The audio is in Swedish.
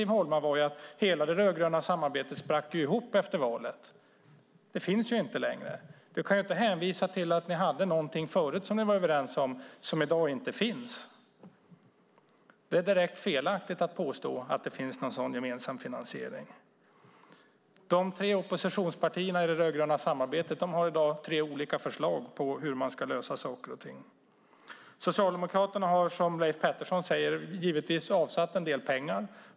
Problemet var att hela det rödgröna samarbetet sprack efter valet. Det finns inte längre. Siv Holma kan inte hänvisa till något som de rödgröna tidigare var överens om som inte finns i dag. Det är direkt felaktigt att påstå att det finns en sådan gemensam finansiering. De tre oppositionspartierna i det rödgröna samarbetet har i dag tre olika förslag på hur saker och ting ska lösas. Socialdemokraterna har, som Leif Pettersson säger, givetvis avsatt en del pengar.